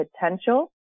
Potential